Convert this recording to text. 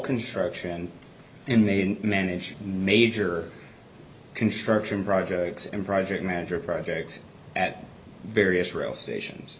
construction and they manage major construction projects and project manager projects at various rail stations